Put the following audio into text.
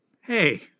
Hey